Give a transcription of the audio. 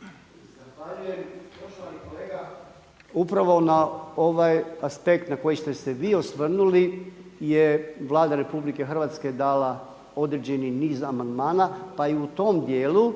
Zahvaljujem. Poštovani kolega upravo na ovaj aspekt na koji ste se vi osvrnuli je Vlada RH dala određeni niz amandmana, pa i u tom dijelu